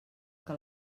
que